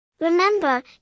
Remember